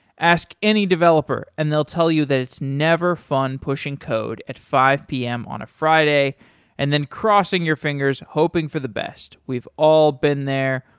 ask any developer and they'll tell you that it's never fun pushing code at five p m. on a friday and then crossing your fingers hoping for the best. we've all been there.